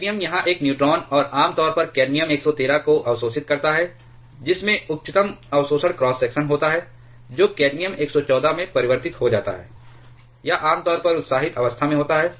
cadmium यहां एक neutron और आमतौर पर कैडमियम 113 को अवशोषित करता है जिसमें उच्चतम अवशोषण क्रॉस सेक्शन होता है जो कैडमियम 114 में परिवर्तित हो जाता है यह आम तौर पर उत्साहित अवस्था में होता है